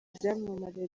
byamamare